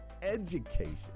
education